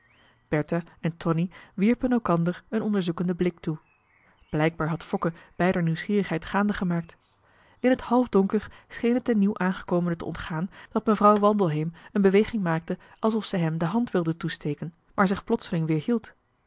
en tonie wierpen elkander een onderzoekenden blik toe blijkbaar had fokke beider nieuwsgierigheid gaandegemaakt in het halfdonker scheen het den nieuw aangekomene te ontgaan dat mevrouw wandelheem een beweging maakte alsof zij hem de hand wilde toesteken maar zich plotseling